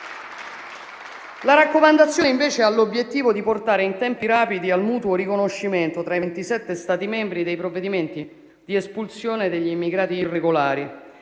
La raccomandazione invece ha l'obiettivo di portare in tempi rapidi al mutuo riconoscimento, tra i 27 Stati membri, dei provvedimenti di espulsione degli immigrati irregolari,